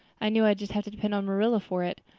i knew i'd just have to depend on marilla for it.